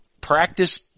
practice